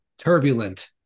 Turbulent